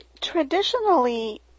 Traditionally